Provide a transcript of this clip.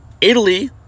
Italy